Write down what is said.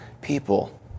people